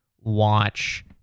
watch